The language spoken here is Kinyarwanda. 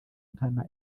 nkana